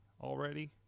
already